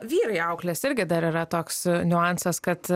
vyrai auklės irgi dar yra toks niuansas kad